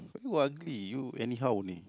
who ugly you anyhow only